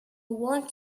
want